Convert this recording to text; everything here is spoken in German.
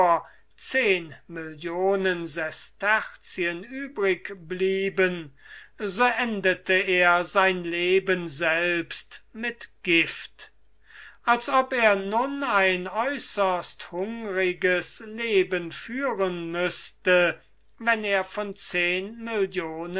zehn millionen sesterzien übrig blieben so endete er sein leben selbst mit gift als ob er nun ein äußerst hungriges leben führen müßte wenn er von zehn millionen